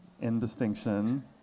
indistinction